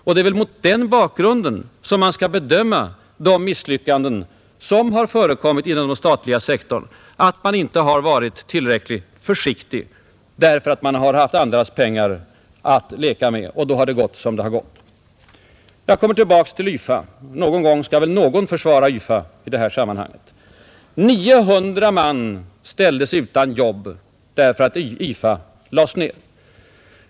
erfarenheterna mot den bakgrunden som man skall bedöma de misslyckanden som har av försöken att vidga förekommit inom den statliga sektorn — att man inte har varit tillräckligt den statliga företagförsiktig därför att man haft andras pengar att leka med. Då har det gått samheten som det gått! Jag kommer tillbaka till YFA. Någon gång skall väl någon försvara YFA. 900 man ställdes utan jobb därför att YFA lades ned.